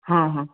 ହଁ ହଁ